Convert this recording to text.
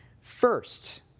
First